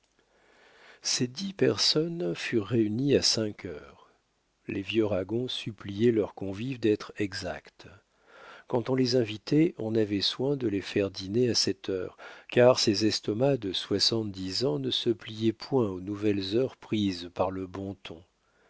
ces dix personnes furent réunies à cinq heures les vieux ragon suppliaient leurs convives d'être exacts quand on les invitait on avait soin de les faire dîner à cette heure car ces estomacs de soixante-dix ans ne se pliaient point aux nouvelles heures prises par le bon ton